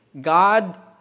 God